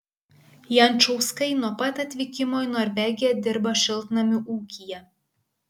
jančauskai nuo pat atvykimo į norvegiją dirba šiltnamių ūkyje